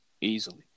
easily